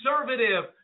conservative